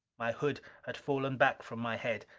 my hood had fallen back from my head.